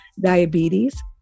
diabetes